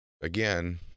Again